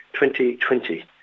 2020